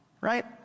Right